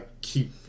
keep